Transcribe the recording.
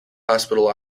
hospital